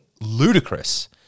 ludicrous